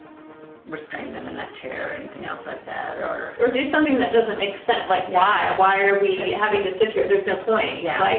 restrain them in that chair or anything else like that or. or do something that doesn't make sense. like, why? why are we having to sit here? there's no point. yeah. like,